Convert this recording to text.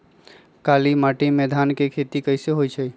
काली माटी में धान के खेती कईसे होइ छइ?